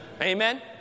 Amen